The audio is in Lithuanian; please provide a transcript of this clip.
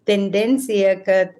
tendencija kad